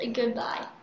goodbye